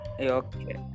Okay